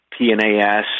PNAS